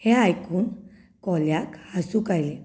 हें आयकून कोल्याक हांसूंक आयलें